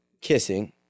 kissing